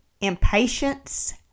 impatience